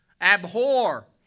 Abhor